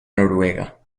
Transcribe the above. noruega